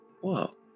Whoa